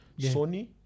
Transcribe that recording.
Sony